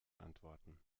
antworten